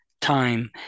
time